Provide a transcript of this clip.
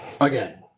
again